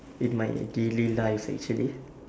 in my daily life actually